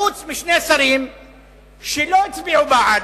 חוץ משני שרים שלא הצביעו בעד,